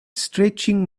stretching